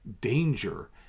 danger